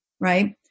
Right